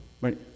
right